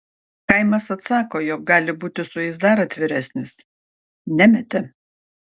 chaimas atsako jog gali būti su jais dar atviresnis nemetė